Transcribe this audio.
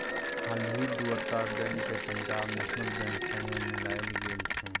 हालहि दु टा बैंक केँ पंजाब नेशनल बैंक संगे मिलाएल गेल छै